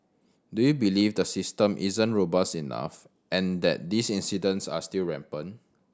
do you believe the system isn't robust enough and that these incidents are still rampant